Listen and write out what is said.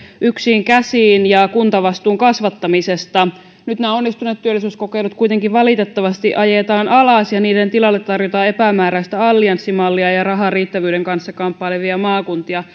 yksiin käsiin ja kuntavastuun kasvattamisesta kuitenkin nyt nämä onnistuneet työllisyyskokeilut valitettavasti ajetaan alas ja niiden tilalle tarjotaan epämääräistä allianssimallia ja rahan riittävyyden kanssa kamppailevia maakuntia